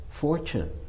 fortune